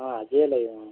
অঁ আজিয়ে লাগে অঁ